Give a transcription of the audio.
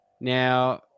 Now